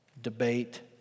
debate